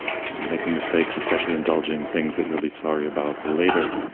making mistakes, especially indulging things that you'll be sorry about later.